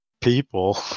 people